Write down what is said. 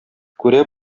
күрә